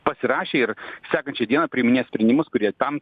pasirašė ir sekančią dieną priiminėja sprendimus kurie tam